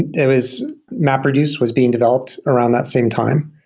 and it was mapreduce was being developed around that same time.